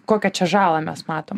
kokią čia žalą mes matom